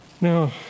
Now